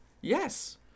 Yes